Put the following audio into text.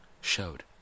Showed